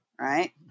Right